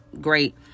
great